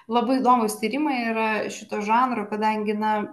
labai įdomūs tyrimai yra šito žanro kadangi na